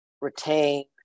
retain